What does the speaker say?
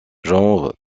genre